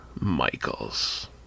Michaels